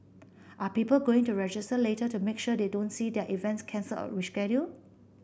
are people going to register later to make sure they don't see their events cancel or rescheduled